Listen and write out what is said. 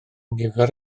nifer